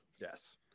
Yes